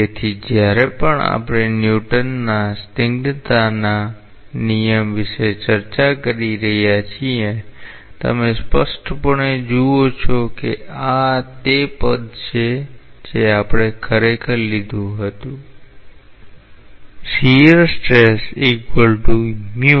તેથી જ્યારે પણ આપણે ન્યૂટનના સ્નિગ્ધતાના નિયમ વિશે ચર્ચા કરી છે તમે સ્પષ્ટપણે જુઓ છો કે આ તે પદ આપણે ખરેખર લીધુ હતુ